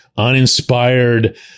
uninspired